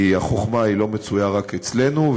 כי החוכמה לא מצויה רק אצלנו,